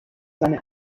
seine